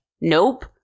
Nope